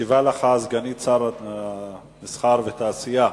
משיבה לך סגנית שר המסחר והתעשייה,